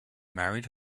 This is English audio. married